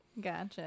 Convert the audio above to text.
Gotcha